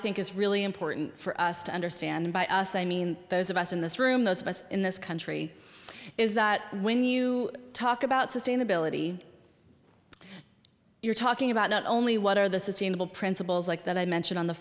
think is really important for us to understand by us i mean those of us in this room those of us in this country is that when you talk about sustainability you're talking about not only what are the sustainable principles like that i mentioned on the